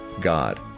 God